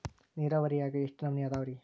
ನೇರಾವರಿಯಾಗ ಎಷ್ಟ ನಮೂನಿ ಅದಾವ್ರೇ?